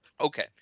Okay